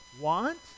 want